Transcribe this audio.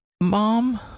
mom